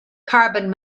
carbon